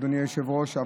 אדוני היושב-ראש,